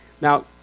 Now